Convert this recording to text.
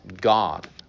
God